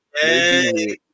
hey